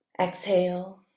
Exhale